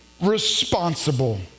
responsible